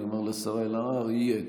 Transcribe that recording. אני אומר לשרה אלהרר: יהיה.